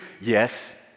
Yes